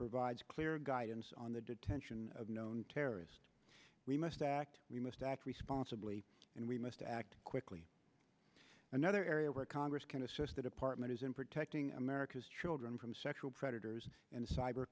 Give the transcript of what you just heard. provides clear guidance on the detention of known terrorist we must act we must act responsibly and we must act quickly another area where congress can assist the department is in protecting america's children from sexual predators and cyber